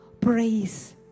praise